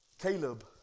Caleb